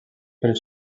per